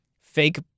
fake